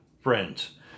friends